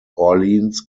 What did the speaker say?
orleans